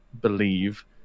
believe